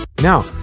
Now